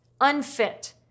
unfit